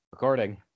Recording